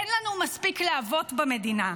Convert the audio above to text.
אין לנו מספיק להבות במדינה.